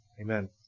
Amen